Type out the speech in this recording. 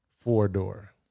four-door